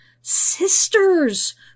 sisters